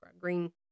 green